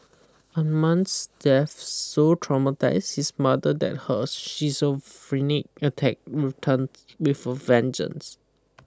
Amman's death so traumatised his mother that her schizophrenic attack returned with a vengeance